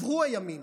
עברו הימים